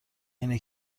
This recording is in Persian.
اینه